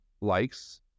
likes